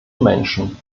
menschen